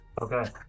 Okay